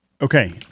Okay